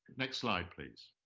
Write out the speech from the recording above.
next slide, please.